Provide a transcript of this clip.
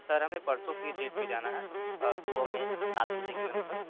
sir हमें परसों के डेट पे जाना है सुबह में सात बजे के लगभग